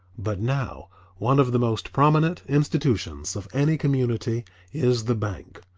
but now one of the most prominent institutions of any community is the bank.